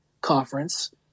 conference